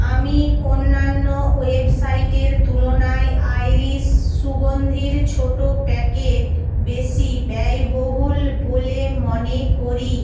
আমি অন্যান্য ওয়েবসাইটের তুলনায় আইরিস সুগন্ধির ছোটো প্যাকেট বেশি ব্যয়বহুল বলে মনে করি